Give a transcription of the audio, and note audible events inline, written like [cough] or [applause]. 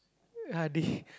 [breath]